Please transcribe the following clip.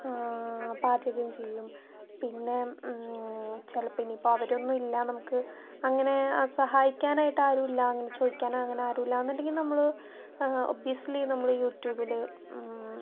പാചകം ചെയ്യും പിന്നെ ചിലപ്പം ഇനി ഇപ്പം അവരൊന്നും ഇല്ല നമുക്ക് അങ്ങനെ ആ സഹായിക്കാനായിട്ട് ആരുമില്ല അങ്ങനെ ചോദിക്കാൻ അങ്ങനെ ആരുമില്ല എന്നുണ്ടെങ്കി ൽ നമ്മള് ഒബ്വിയസ്ലി നമ്മള് യു ട്യൂബില്